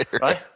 Right